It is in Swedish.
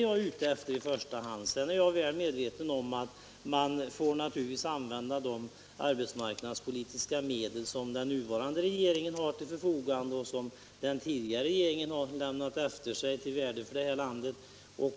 Jag är väl medveten om att man naturligtvis får använda de arbetsmarknadspolitiska medel som den nuvarande regeringen har till sitt förfogande och som den tidigare regeringen har lämnat efter sig till värde för detta land,